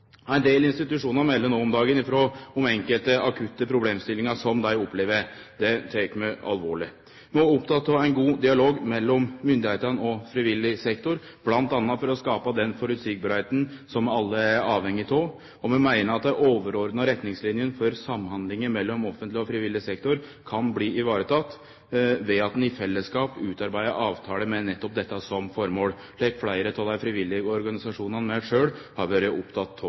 Ein del institusjonar melder no om dagen frå om enkelte akutte problemstillingar som dei opplever. Det tek vi alvorleg. Vi er opptekne av ein god dialog mellom myndigheitene og frivillig sektor, m.a. for å gjere dette så føreseieleg som vi alle er avhengige av at det er, og vi meiner at dei overordna retningslinjene for samhandlinga mellom offentleg og frivillig sektor kan bli vareteken ved at ein i fellesskap utarbeider ei avtale med nettopp dette som formål, slik fleire av dei frivillige organisasjonane sjølve òg har vore opptekne av.